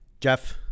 Jeff